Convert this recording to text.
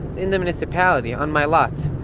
in the municipality, on my lot.